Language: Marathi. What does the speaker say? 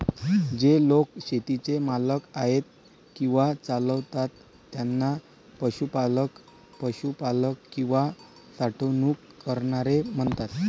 जे लोक शेतीचे मालक आहेत किंवा चालवतात त्यांना पशुपालक, पशुपालक किंवा साठवणूक करणारे म्हणतात